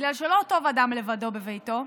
בגלל שלא טוב אדם לבדו בביתו.